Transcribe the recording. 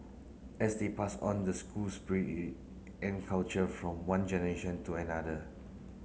as they pass on the school spirit and culture from one generation to another